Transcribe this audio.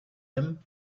him